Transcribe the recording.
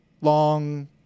long